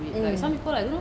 ((mmhmm)mm)